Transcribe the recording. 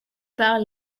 par